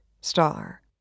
STAR